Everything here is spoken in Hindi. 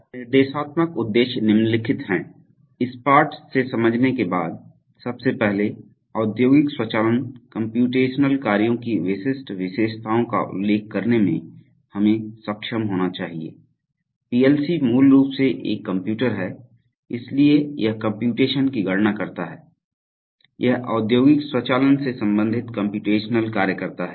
तो निर्देशात्मक उद्देश्य निम्नलिखित हैं इस पाठ से समझने के बाद सबसे पहले औद्योगिक स्वचालन कम्प्यूटेशनल कार्यों की विशिष्ट विशेषताओं का उल्लेख करने में हमे सक्षम होना चाहिए पीएलसी मूल रूप से एक कंप्यूटर है इसलिए यह कम्प्यूटेशन की गणना करता है यह औद्योगिक स्वचालन से संबंधित कम्प्यूटेशनल कार्य करता है